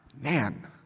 man